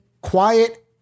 quiet